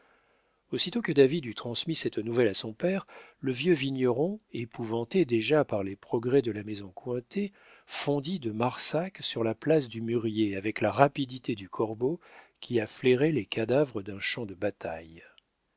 aussitôt que david eut transmis cette nouvelle à son père le vieux vigneron épouvanté déjà par les progrès de la maison cointet fondit de marsac sur la place du mûrier avec la rapidité du corbeau qui a flairé les cadavres d'un champ de bataille